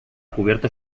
cubierta